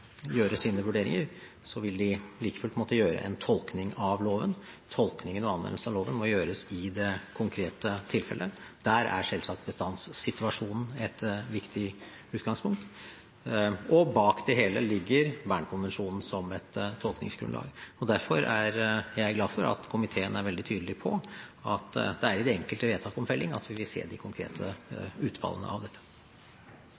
gjøre sine vurderinger, vil de like fullt måtte gjøre en tolkning av loven. Tolkningen og anvendelsen av loven må gjøres i det konkrete tilfellet. Der er selvsagt bestandssituasjonen et viktig utgangspunkt. Og bak det hele ligger Bern-konvensjonen som et tolkningsgrunnlag. Derfor er jeg glad for at komiteen er veldig tydelig på at det er i det enkelte vedtak om felling at vi vil se de konkrete